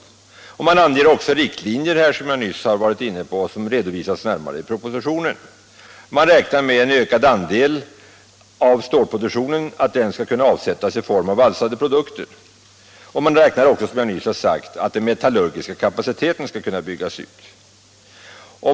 Man anger också riktlinjer, som jag varit inne på och som redovisas närmare i propositionen, och räknar med att bl.a. en ökad andel av stålproduktionen skall kunna avsättas i form av valsade produkter. Man räknar också med, som jag nyss har sagt, att den metallurgiska kapaciteten skall kunna byggas ut.